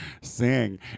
sing